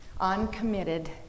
uncommitted